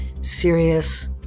serious